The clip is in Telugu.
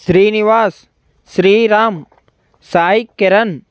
శ్రీనివాస్ శ్రీరామ్ సాయి కిరణ్